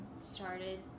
started